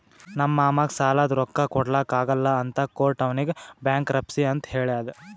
ನಮ್ ಮಾಮಾಗ್ ಸಾಲಾದ್ ರೊಕ್ಕಾ ಕೊಡ್ಲಾಕ್ ಆಗಲ್ಲ ಅಂತ ಕೋರ್ಟ್ ಅವ್ನಿಗ್ ಬ್ಯಾಂಕ್ರಪ್ಸಿ ಅಂತ್ ಹೇಳ್ಯಾದ್